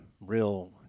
real